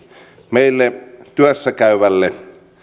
meille työssä käyvälle